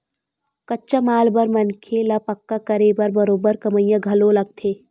कच्चा माल बर मनखे ल पक्का करे बर बरोबर कमइया घलो लगथे